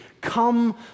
come